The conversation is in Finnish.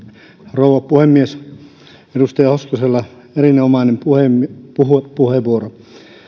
rouva puhemies edustaja hoskosella oli erinomainen puheenvuoro puheenvuoro